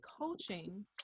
coaching